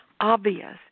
obvious